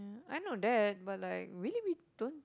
I know that but like really we don't